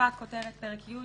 החלפת כותרת פרק י',